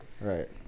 Right